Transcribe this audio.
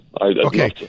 Okay